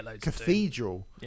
Cathedral